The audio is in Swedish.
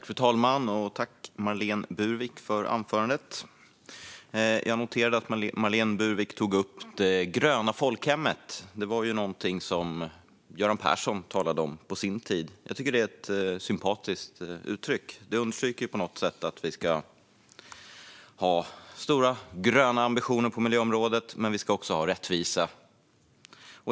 Fru talman! Tack för anförandet, Marlene Burwick! Jag noterade att Marlene Burwick tog upp det gröna folkhemmet. Det är någonting som Göran Persson talade om på sin tid, och jag tycker att det är ett sympatiskt uttryck. Det understryker ju på något sätt att vi ska ha stora, gröna ambitioner på miljöområdet men att vi även ska ha rättvisa.